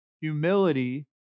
Humility